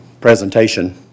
presentation